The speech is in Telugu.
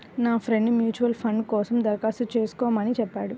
నా ఫ్రెండు మ్యూచువల్ ఫండ్ కోసం దరఖాస్తు చేస్కోమని చెప్పాడు